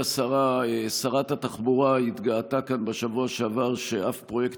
שרת התחבורה התגאתה כאן בשבוע שעבר שאף פרויקט